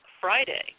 Friday